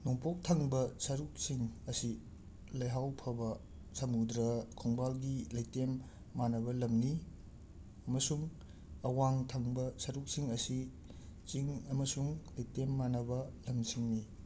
ꯅꯣꯡꯄꯣꯛ ꯊꯪꯕ ꯁꯔꯨꯛꯁꯤꯡ ꯑꯁꯤ ꯂꯩꯍꯥꯎ ꯐꯕ ꯁꯃꯨꯗ꯭ꯔ ꯈꯣꯡꯕꯥꯜꯒꯤ ꯂꯩꯇꯦꯝ ꯃꯥꯅꯕ ꯂꯝꯅꯤ ꯃꯁꯨꯡ ꯑꯋꯥꯡ ꯊꯪꯕ ꯁꯔꯨꯛꯁꯤꯡ ꯑꯁꯤ ꯆꯤꯡ ꯑꯃꯁꯨꯡ ꯂꯩꯇꯦꯝ ꯃꯥꯅꯕ ꯂꯝꯁꯤꯡꯅꯤ